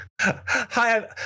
hi